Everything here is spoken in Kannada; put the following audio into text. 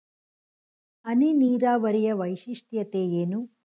ಹನಿ ನೀರಾವರಿಯ ವೈಶಿಷ್ಟ್ಯತೆ ಏನು?